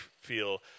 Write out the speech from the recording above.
feel